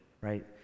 right